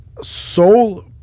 soul